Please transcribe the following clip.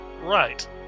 Right